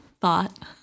thought